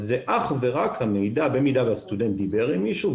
אז זה אך ורק המידע אם הסטודנט דיבר עם מישהו,